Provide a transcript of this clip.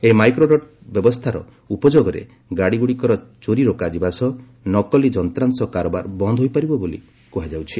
ଏହି ମାଇକ୍ରୋଡଟ୍ର ବ୍ୟବସ୍ଥାର ଉପଯୋଗରେ ଗାଡ଼ିଗୁଡ଼ିକର ଚୋରି ରୋକାଯିବା ସହ ନକଲି ଯନ୍ତ୍ରାଂଶ କାରବାର ବନ୍ଦ ହୋଇପାରିବ ବୋଲି କୃହାଯାଉଛି